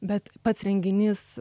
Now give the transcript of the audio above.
bet pats renginys